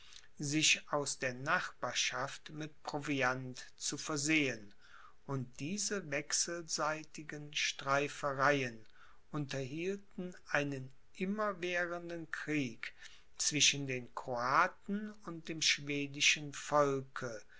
sich aus der nachbarschaft mit proviant zu versehen und diese wechselseitigen streifereien unterhielten einen immerwährenden krieg zwischen den kroaten und dem schwedischen volke